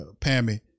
Pammy